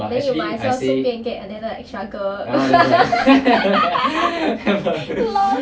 then you might as well 顺便 get another extra girl L_O_L